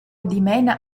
dimena